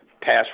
pass